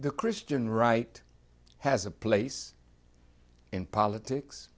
the christian right has a place in politics